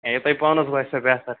یہِ تُہۍ پانَس باسوٕ بہتر